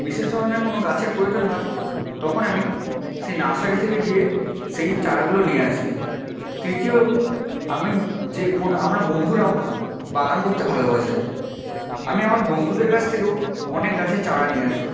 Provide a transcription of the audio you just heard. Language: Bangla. বিশেষ ধরনের কোনও গাছের প্রয়োজন হয় তখন আমি সেই নার্সারি থেকে গিয়ে সেই চারাগুলো নিয়ে আসি তৃতীয় আমি যে আমার বন্ধুরাও বাগান করতে ভালোবাসে আমি আমার বন্ধুদের কাছ থেকেও অনেক গাছের চারা নিয়ে আসি